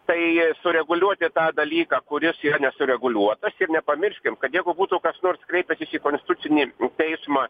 tai sureguliuoti tą dalyką kuris yra nesureguliuotas ir nepamirškim kad jeigu būtų kas nors kreipęsis į konstitucinį teismą